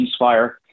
ceasefire